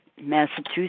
Massachusetts